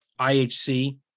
IHC